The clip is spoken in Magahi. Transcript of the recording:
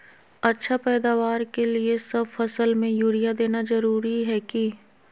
अच्छा पैदावार के लिए सब फसल में यूरिया देना जरुरी है की?